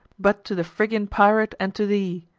but to the phrygian pirate, and to thee!